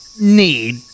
need